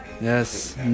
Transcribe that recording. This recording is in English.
Yes